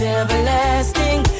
everlasting